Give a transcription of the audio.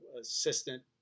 assistant